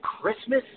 Christmas